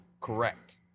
Correct